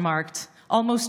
זכרו לברכה,